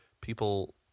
people